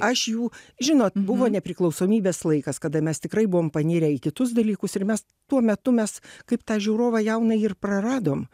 aš jų žinot buvo nepriklausomybės laikas kada mes tikrai buvom panirę į kitus dalykus ir mes tuo metu mes kaip tą žiūrovą jaunajį ir praradom